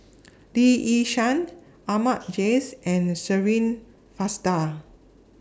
Lee Yi Shyan Ahmad Jais and Shirin Fozdar